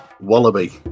wallaby